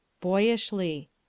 Boyishly